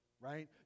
Right